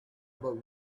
about